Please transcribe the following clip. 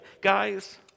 guys